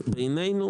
בעינינו,